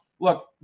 look